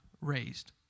raised